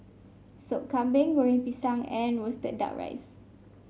Sop Kambing Goreng Pisang and roasted duck rice